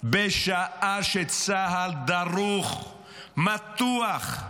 בשעה שצה"ל דרוך, מתוח,